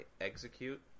Execute